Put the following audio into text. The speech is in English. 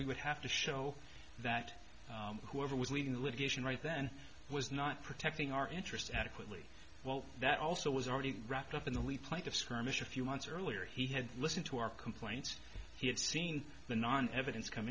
we would have to show that whoever was leading the litigation right then was not protecting our interests adequately well that also was already wrapped up in the lead plaintiff skirmish a few months earlier he had listened to our complaints he had seen the non evidence come